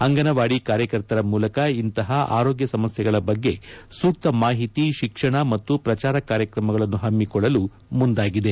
ಅಂಗನವಾದಿ ಕಾರ್ಯಕರ್ತರ ಮೂಲಕ ಇಂತಹ ಆರೋಗ್ಯ ಸಮಸ್ಯೆಗಳ ಬಗ್ಗೆ ಸೂಕ್ತ ಮಾಹಿತಿ ಶಿಕ್ಷಣ ಮತ್ತು ಪ್ರಚಾರ ಕಾರ್ಯಕ್ರಮಗಳನ್ನು ಹಮ್ಮಿಕೊಳ್ಳಲು ಮುಂದಾಗಿದೆ